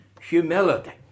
humility